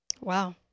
Wow